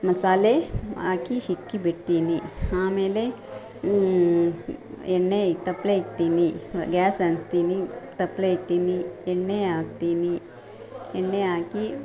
ಮಸಾಲೆ ಹಾಕಿ ಇಕ್ಕಿ ಬಿಡ್ತೀನಿ ಆಮೇಲೆ ಎಣ್ಣೆ ಇ ತಪ್ಪಲೆ ಇಡ್ತೀನಿ ಗ್ಯಾಸ್ ಅಂಟಿಸ್ತೀನಿ ತಪ್ಪಲೆ ಇಡ್ತೀನಿ ಎಣ್ಣೆ ಹಾಕ್ತೀನಿ ಎಣ್ಣೆ ಹಾಕಿ